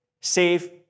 save